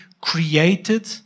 created